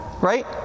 right